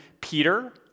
Peter